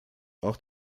auch